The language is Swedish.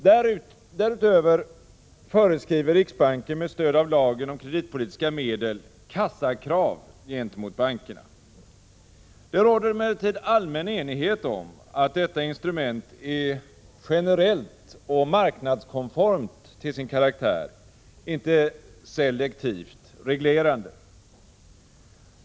Därutöver föreskriver riksbanken med stöd av lagen om kreditpolitiska medel kassakrav gentemot bankerna. Det råder emellertid allmän enighet om att detta intrument är generellt och marknadskonformt till sin karaktär — inte selektivt och reglerande.